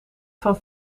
van